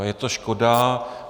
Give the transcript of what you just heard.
Je to škoda.